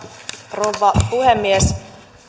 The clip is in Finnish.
rouva puhemies